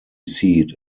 seat